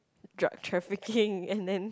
drug trafficking and then